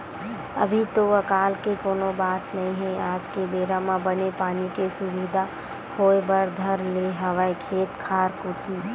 अभी तो अकाल के कोनो बात नई हे आज के बेरा म बने पानी के सुबिधा होय बर धर ले हवय खेत खार कोती